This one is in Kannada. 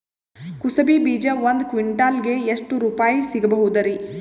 ಕುಸಬಿ ಬೀಜ ಒಂದ್ ಕ್ವಿಂಟಾಲ್ ಗೆ ಎಷ್ಟುರುಪಾಯಿ ಸಿಗಬಹುದುರೀ?